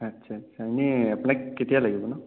আচ্ছা আচ্ছা এনেই আপোনাক কেতিয়া লাগিব নো